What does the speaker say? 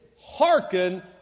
hearken